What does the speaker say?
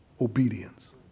obedience